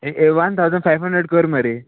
ये one thousand five hundred कर मरे